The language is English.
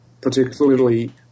particularly